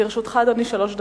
לרשותך, אדוני, שלוש דקות.